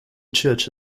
church